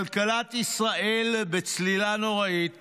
כלכלת ישראל בצלילה נוראית